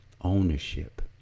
ownership